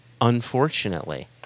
Unfortunately